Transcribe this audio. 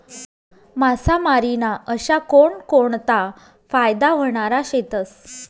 मासामारी ना अशा कोनकोनता फायदा व्हनारा शेतस?